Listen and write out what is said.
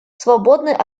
свободный